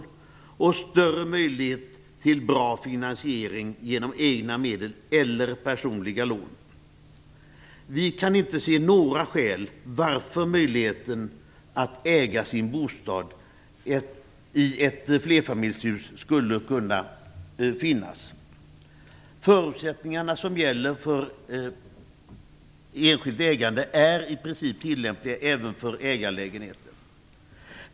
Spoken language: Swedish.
Det ger också större möjligheter till en bra finansiering genom egna medel eller personliga lån. Vi kan inte se några skäl till att det inte skall finnas möjlighet att äga sin bostad i ett flerfamiljshus. De förutsättningar som gäller för enskilt ägande är i princip tillämpliga även när det gäller ägarlägenheter.